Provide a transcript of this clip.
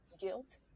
guilt